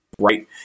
Right